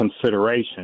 consideration